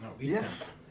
Yes